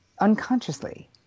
unconsciously